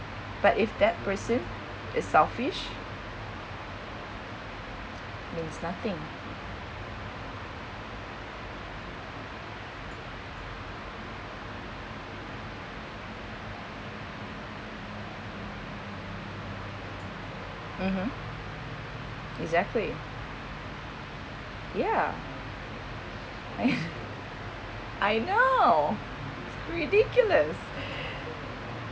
but if that person is selfish means nothing mmhmm exactly ya I know ridiculous